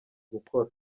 gukora